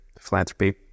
philanthropy